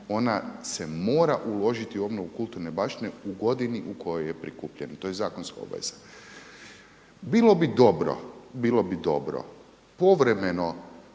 ona se mora uložiti u obnovu kulturne baštine u godini u kojoj je prikupljena. To je zakonska obaveza. Bilo bi dobro povremeno